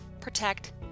protect